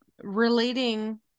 relating